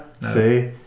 see